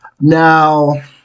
Now